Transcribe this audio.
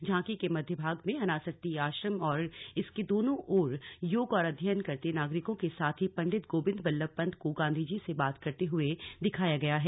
झांकी के मध्य भाग में अनासक्ति आश्रम और इसके दोनों ओर योग और अध्ययन करते नागरिकों के साथ ही पंडित गोविंदबल्लभ पंत को गांधीजी से बात करते हुए दिखाया गया है